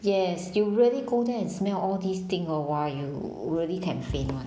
yes you really go there and smell all these thing hor !wah! you really can faint [one]